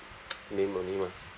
name only mah